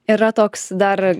yra toks dar